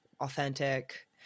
authentic